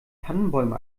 tannenbäume